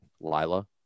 Lila